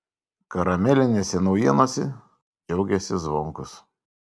karamelinėse naujienose džiaugėsi zvonkus